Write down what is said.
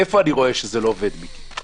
איפה אני רואה שזה לא עובד, מיקי?